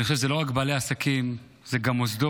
אני חושב שזה לא רק בעלי עסקים, זה גם מוסדות.